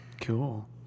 Cool